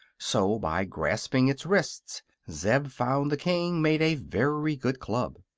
so by grasping its wrists zeb found the king made a very good club.